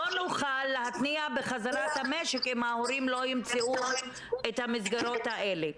לא נוכל להתניע בחזרה את המשק אם ההורים לא ימצאו את המסגרות האלה.